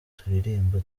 turirimba